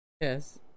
Yes